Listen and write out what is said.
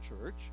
church